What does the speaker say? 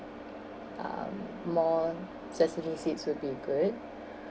um more sesame seeds will be good